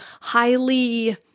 highly